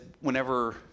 whenever